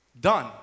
Done